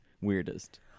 weirdest